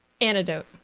Antidote